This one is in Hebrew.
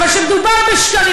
אבל כשמדובר בשקרים,